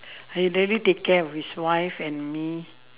he really take care of his wife and me